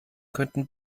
könnten